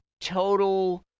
total